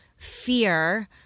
fear